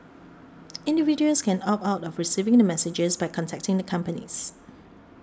individuals can opt out of receiving the messages by contacting the companies